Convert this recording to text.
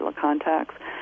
contacts